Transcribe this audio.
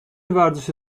ورزش